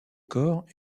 corps